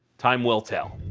time will tell.